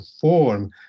form